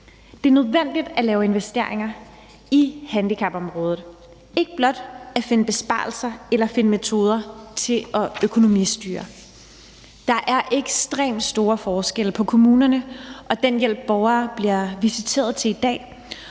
Det er nødvendigt at lave investeringer i handicapområdet, ikke blot at finde besparelser eller finde metoder til at økonomistyre. Der er ekstremt store forskelle på kommunerne og den hjælp, borgere bliver visiteret til i dag,